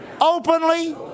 Openly